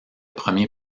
premier